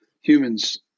humans